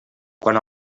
quan